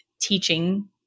teaching